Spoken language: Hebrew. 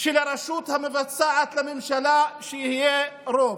ושלרשות המבצעת, לממשלה, יהיה רוב.